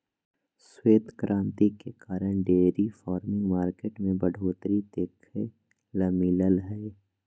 श्वेत क्रांति के कारण डेयरी फार्मिंग मार्केट में बढ़ोतरी देखे ल मिललय हय